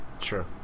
Sure